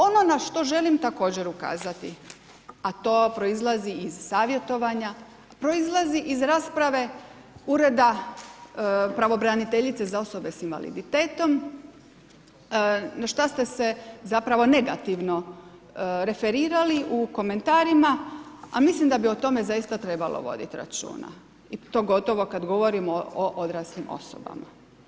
Ono što želim također ukazati, a to proizlazi iz savjetovanja, proizlazi iz rasprave Ureda pravobraniteljice za osobe s invaliditetom na što ste se zapravo negativno referirali u komentarima, a mislim da bi o tome zaista trebalo voditi računa i to pogotovo kada govorimo o odraslim osobama.